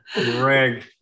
Greg